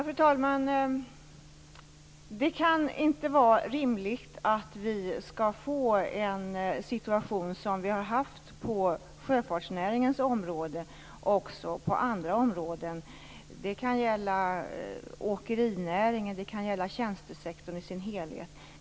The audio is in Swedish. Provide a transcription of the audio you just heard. Fru talman! Det kan inte vara rimligt att vi skall få en situation som vi har haft på sjöfartsnäringens område också på andra områden. Det kan gälla åkerinäringen eller det kan gälla tjänstesektorn i sin helhet.